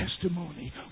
testimony